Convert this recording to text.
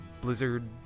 Blizzard